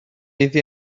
iddi